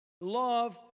love